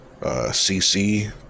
CC